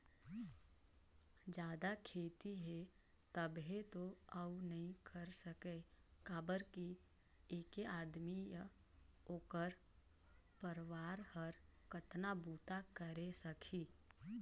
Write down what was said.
जादा खेती हे तभे तो अउ नइ कर सके काबर कि ऐके आदमी य ओखर परवार हर कतना बूता करे सकही